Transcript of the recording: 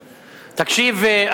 תקשיבו,